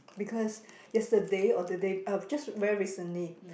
because yesterday or the day uh just very recently